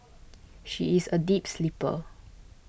she is a deep sleeper